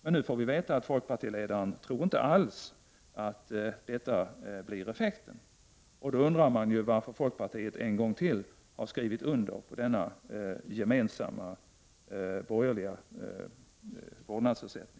Men nu får vi veta att folkpartiledaren inte alls tror att vi kommer att nå den avsedda effekten. Då undrar jag varför folkpartiet ytterligare en gång skrivit under det gemensamma, borgerliga kravet på vårdnadsersättning.